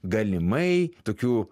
galimai tokių